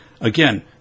again